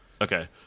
okay